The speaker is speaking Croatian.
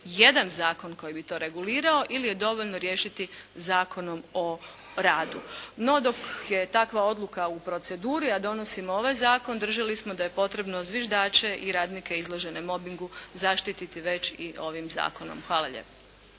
jedan zakon koji bi to regulirao ili je dovoljno riješiti Zakonom o radu. No dok je takva odluka u proceduri, a donosimo ovaj zakon, držali smo da je potrebno zviždače i radnike izložene mobingu zaštiti već i ovim zakonom. Hvala lijepo.